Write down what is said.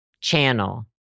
channel